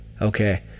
Okay